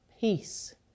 Peace